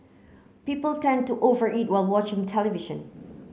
people tend to over eat while watching television